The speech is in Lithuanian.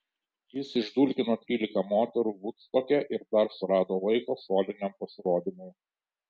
jis išdulkino trylika moterų vudstoke ir dar surado laiko soliniam pasirodymui